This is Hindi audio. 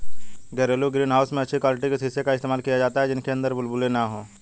घरेलू ग्रीन हाउस में अच्छी क्वालिटी के शीशे का इस्तेमाल किया जाता है जिनके अंदर बुलबुले ना हो